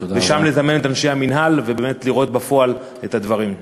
לזמן את אנשי המינהל ובאמת לראות בפועל את הדברים.